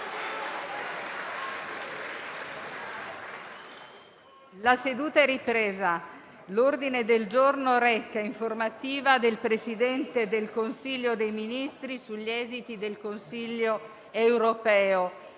una nuova finestra"). L'ordine del giorno reca: «Informativa del Presidente del Consiglio dei ministri sugli esiti del Consiglio europeo».